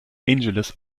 angeles